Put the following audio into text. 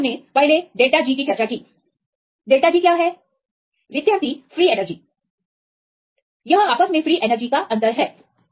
तो जैसे हमने पहले चर्चा की△G क्या है विद्यार्थी फ्री एनर्जी यह आपस में फ्री एनर्जी का अंतर है